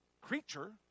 creature